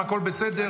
אם הכול בסדר.